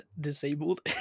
disabled